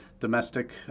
domestic